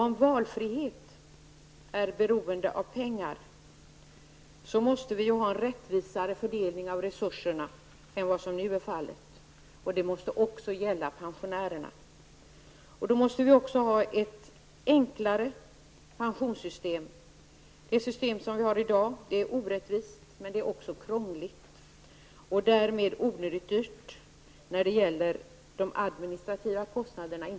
Om valfrihet är beroende av pengar, måste vi ha en rättvisare fördelning av resurserna än vad som nu är fallet, och det måste också gälla pensionärerna. Då måste vi ha ett enklare pensionssystem. Det system som vi har i dag är orättvist, men det är också krångligt och därmed onödigt dyrt, inte minst när det gäller de administrativa kostnaderna.